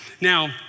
Now